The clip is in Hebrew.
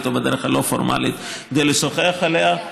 או בדרך הלא-פורמלית כדי לשוחח עליה.